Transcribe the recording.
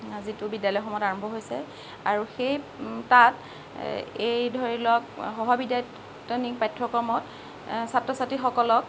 যিটো বিদ্যালয়সমূহত আৰম্ভ হৈছে আৰু সেই তাত এই ধৰি লওঁক সহবিদ্যায়তনিক পাঠ্যক্ৰমত ছাত্ৰ ছাত্ৰীসকলক